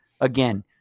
Again